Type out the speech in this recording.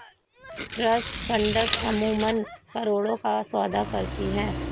trust funds अमूमन करोड़ों का सौदा करती हैं